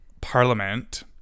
Parliament